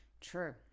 True